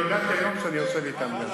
אבל ידעת שהיום אני יושב אתם.